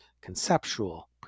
conceptual